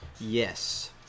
Yes